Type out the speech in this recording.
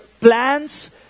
plans